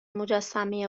مجسمه